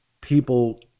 people